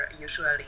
usually